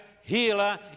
healer